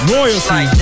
Royalty